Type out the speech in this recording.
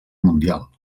mundial